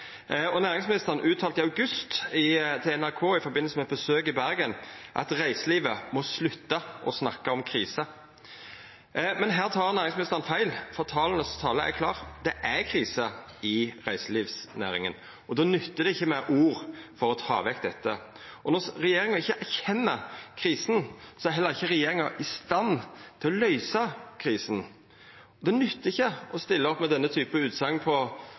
Næringsministeren uttalte til NRK i august, i forbindelse med eit besøk i Bergen, at reiselivet måtte slutta å snakka om krise. Men der tek næringsministeren feil, for tala si tale er klar: Det er krise i reiselivsnæringa. Då nyttar det ikkje med ord for å ta dette vekk. Når regjeringa ikkje erkjenner krisen, er regjeringa heller ikkje i stand til å løysa krisen. Det nyttar ikkje å stilla opp med denne typen utsegn på